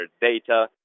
data